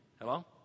Hello